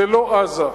זה לא עזה,